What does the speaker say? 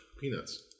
Peanuts